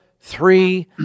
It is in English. three